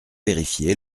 vérifié